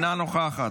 אינה נוכחת.